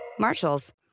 Marshalls